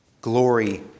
glory